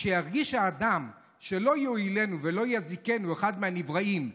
וכשירגיש האדם שלא יועילנו ולא יזיקנו אחד מהנבראים,